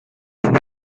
suo